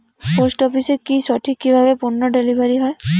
Post অফিসে কি সঠিক কিভাবে পন্য ডেলিভারি হয়?